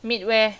meet where